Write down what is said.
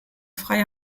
freie